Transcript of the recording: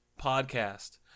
podcast